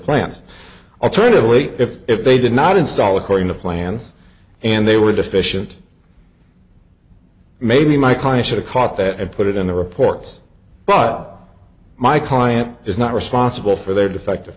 plans alternatively if they did not install according to plans and they were deficient maybe my clients are caught that and put it in the reports but my client is not responsible for their defective